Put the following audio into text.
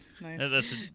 Nice